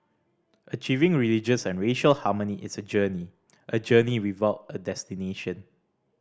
achieving religious and racial harmony is a journey a journey without a destination